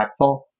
impactful